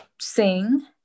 sing